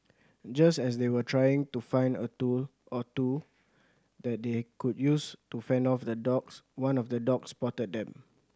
just as they were trying to find a tool or two that they could use to fend off the dogs one of the dogs spotted them